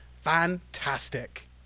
fantastic